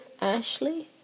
Ashley